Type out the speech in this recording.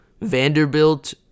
Vanderbilt